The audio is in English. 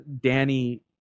Danny